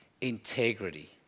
integrity